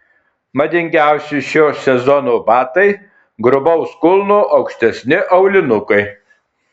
madingiausi šio sezono batai grubaus kulno aukštesni aulinukai